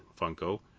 Funko